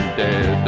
dead